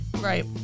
Right